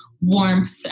warmth